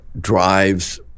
drives